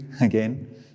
again